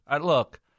Look